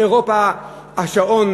באירופה השעון